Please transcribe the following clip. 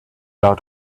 out